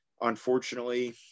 unfortunately